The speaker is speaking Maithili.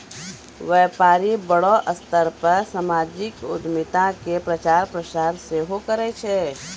व्यपारी बड़ो स्तर पे समाजिक उद्यमिता के प्रचार प्रसार सेहो करै छै